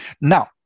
now